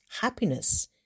happiness